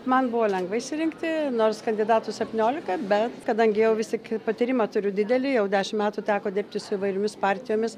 man buvo lengva išsirinkti nors kandidatų septyniolika bet kadangi jau vis tik patyrimą turiu didelį jau dešimt metų teko dirbti su įvairiomis partijomis